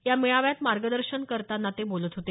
या मेळाव्यात मार्गदर्शन करताना ते बोलत होते